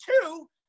two